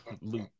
Luke